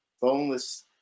boneless